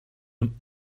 him